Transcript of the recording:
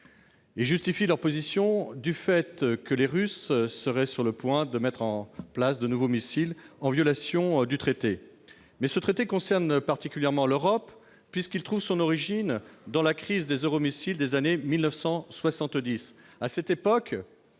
Ils justifient leur position du fait que les Russes seraient sur le point de mettre en place de nouveaux missiles, en violation du traité. Ce traité concerne particulièrement l'Europe, puisqu'il trouve son origine dans la crise des euromissiles des années 1970. À cette époque,